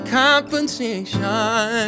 compensation